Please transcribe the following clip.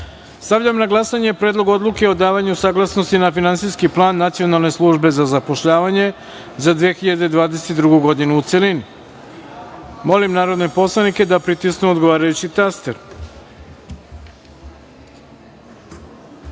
odluke. Stavljam na glasanje Predlog odluke o davanju saglasnosti na Finansijski plan Nacionalne službe za zapošljavanje za 2022. godinu, u celini. Molim narodne poslanike da pritisnu odgovarajući